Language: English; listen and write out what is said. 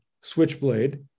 switchblade